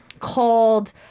called